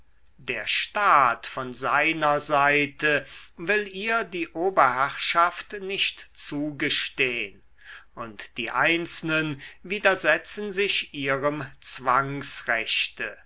der staat von seiner seite will ihr die oberherrschaft nicht zugestehn und die einzelnen widersetzen sich ihrem